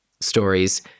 stories